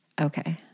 Okay